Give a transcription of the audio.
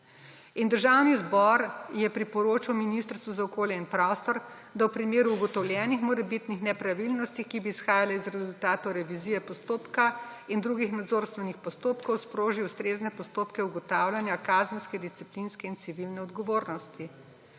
Državni zbor je priporočil Ministrstvu za okolje in prostor, da v primeru ugotovljenih morebitnih nepravilnosti, ki bi izhajale iz rezultatov revizije postopka in drugih nadzorstvenih postopkov, sproži ustrezne postopke ugotavljanja kazenske, disciplinske in civilne odgovornosti.